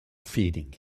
feeding